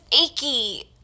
achy